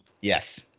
Yes